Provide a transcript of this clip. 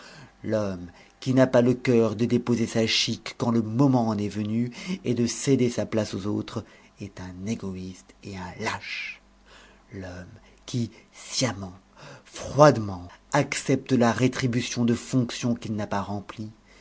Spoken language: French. l'homme qui n'a pas le cœur de déposer sa chique quand le moment en est venu et de céder sa place aux autres est un égoïste et un lâche l'homme qui sciemment froidement accepte la rétribution de fonctions qu'il n'a pas remplies